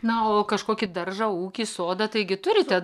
na o kažkokį daržą ūkį sodą taigi turite